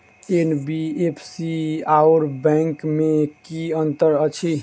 NBFC आओर bank मे की अंतर अछि?